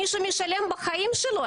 מישהו משלם בחיים שלו.